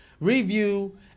Review